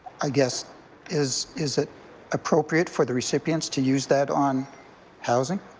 i guess is is it appropriate for the recipients to use that on housing?